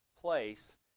place